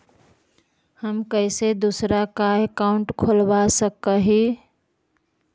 हम कैसे दूसरा का अकाउंट खोलबा सकी ही?